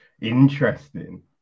interesting